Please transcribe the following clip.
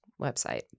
website